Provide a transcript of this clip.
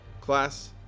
Class